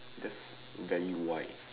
that's that you why